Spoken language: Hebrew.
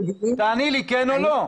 תעני לי כן או לא.